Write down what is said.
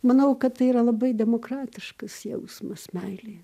manau kad tai yra labai demokratiškas jausmas meilė